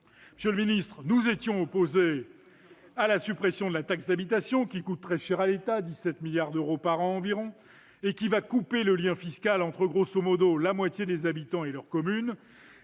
ce qu'il en est ... Nous étions opposés à la suppression de la taxe d'habitation, qui coûte très cher à l'État- 17 milliards d'euros par an -et qui va couper le lien fiscal entre,, la moitié des habitants et leur commune,